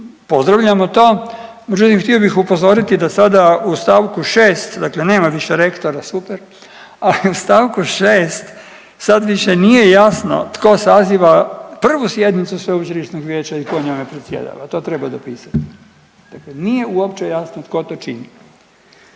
pozdravljamo to međutim htio bih upozoriti da sada u stavku 6. dakle nema više rektora super, ali u stavku 6. sad više nije jasno tko saziva prvu sjednicu sveučilišnog vijeća i tko njome predsjedava, to treba dopisati. Dakle, nije uopće jasno tko to čini.